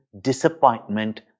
disappointment